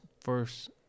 first